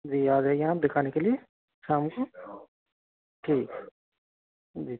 जी आ जाइए आप दिखाने के लिए शाम को ठीक जी